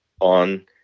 on